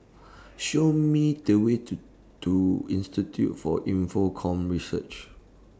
Show Me The Way to to Institute For Infocomm Research